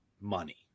money